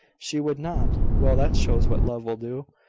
she would not! well, that shows what love will do.